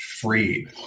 free